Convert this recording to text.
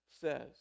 says